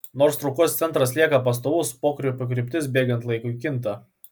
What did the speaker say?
nors traukos centras lieka pastovus pokrypio kryptis bėgant laikui kinta